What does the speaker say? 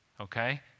okay